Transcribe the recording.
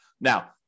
Now